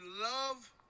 love